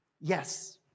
yes